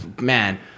man